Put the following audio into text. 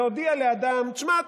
להודיע לאדם: תשמע,